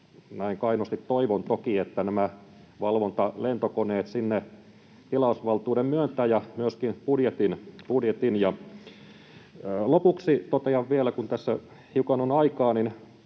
näin kainosti toivon toki — näille valvontalentokoneille sinne tilausvaltuuden myöntää ja myöskin budjetin? Lopuksi totean vielä, kun tässä hiukan on aikaa, niin